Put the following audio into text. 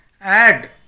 add